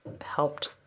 helped